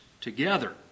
together